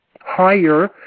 higher